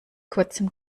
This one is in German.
kurzem